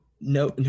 no